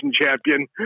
champion